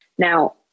Now